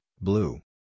blue